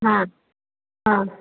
हा हा